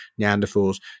Neanderthals